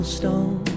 stone